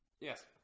Yes